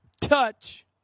touch